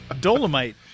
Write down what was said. Dolomite